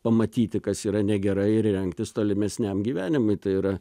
pamatyti kas yra negerai ir rengtis tolimesniam gyvenimui tai yra